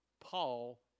Paul